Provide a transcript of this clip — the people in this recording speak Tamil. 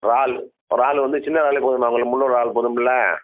இறால் இறாலு வந்து சின்ன இறாலே போதும்மா உங்களுக்கு முழு இறால் போதும்முல்ல